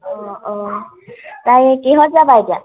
অঁ অঁ তাই কিহত যাবা এতিয়া